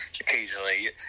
occasionally